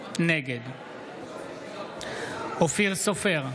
נגד אופיר סופר,